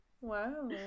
Wow